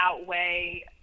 outweigh